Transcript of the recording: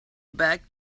back